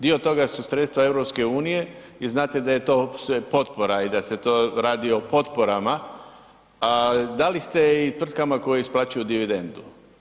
Dio toga su sredstva EU i znate da je to sve potpora i da se to radi o potporama, a dali ste i tvrtkama koje isplaćuju dividendu.